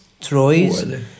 Troyes